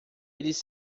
eles